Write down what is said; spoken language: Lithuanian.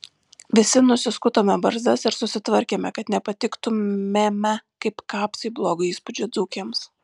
visi nusiskutome barzdas ir susitvarkėme kad nepatiktumėme kaip kapsai blogo įspūdžio dzūkėms